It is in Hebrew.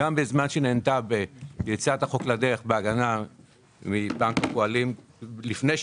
גם בזמן שהיא נהנתה עם יציאת החוק לדרך בהגנה מבנק הפועלים לפני שהיא